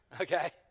okay